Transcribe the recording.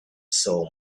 soul